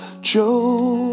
Joe